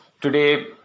today